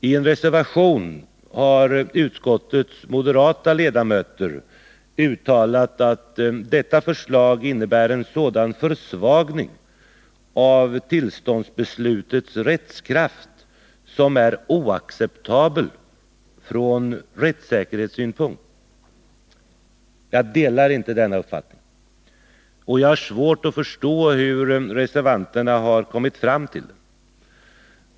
I en reservation har utskottets moderata ledamöter uttalat att detta förslag innebär en sådan försvagning av tillståndsbesluts rättskraft som är oacceptabel från rättssäkerhetssynpunkt. Jag delar inte denna uppfattning och har svårt att förstå hur reservanterna har kommit fram till den.